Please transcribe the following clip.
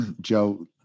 Joe